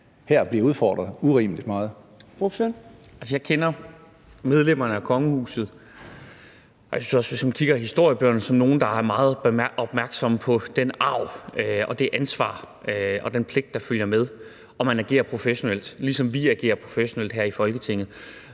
Karsten Lauritzen (V): Altså, jeg kender medlemmerne af kongehuset, også, hvis man kigger i historiebøgerne, som nogle, der er meget opmærksomme på den arv, det ansvar og den pligt, der følger med, og som agerer professionelt, ligesom vi agerer professionelt her i Folketinget.